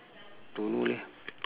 don't know leh